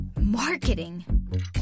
Marketing